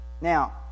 Now